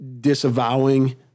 disavowing